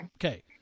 Okay